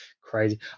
crazy